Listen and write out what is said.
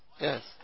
Yes